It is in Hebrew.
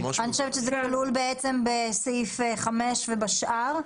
אני חושבת שזה כלול בסעיף (5) ובשאר.